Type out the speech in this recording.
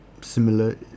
similar